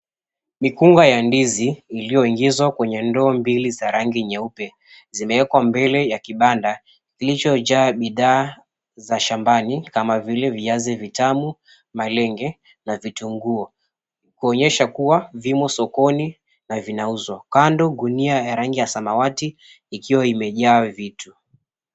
Mikunga ya ndizi iliyoingizwa kwenye ndoo mbili za rangi nyeupe zimewekwa mbele ya kibanda kilicho jaa bidhaa za shambani kama vile: viazi vitamu, malenge na vitunguu. Huonyesha kuwa vimo sokoni na vinauzwa, kando gunia ya rangi ya samawati ikiwa imejaa vitu.